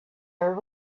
are